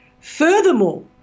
Furthermore